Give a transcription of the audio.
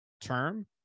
term